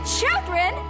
children